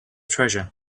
treasure